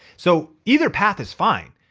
so either path is fine.